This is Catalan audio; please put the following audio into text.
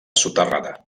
soterrada